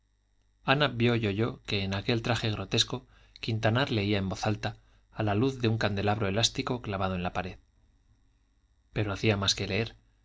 ana vio y oyó que en aquel traje grotesco quintanar leía en voz alta a la luz de un candelabro elástico clavado en la pared pero hacía más que